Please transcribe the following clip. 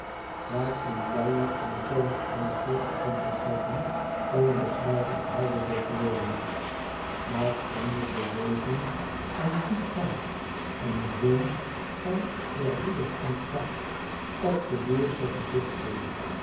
portaal waareen luier eentonig aan de klok stond te trekken onbeschrijfelijk helder deed worden maar eene beweging aan dien kant een zweem van eerbiedig ontzag op de boersche gezichten